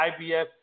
IBF